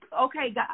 Okay